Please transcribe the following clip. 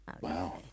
Wow